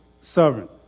sovereign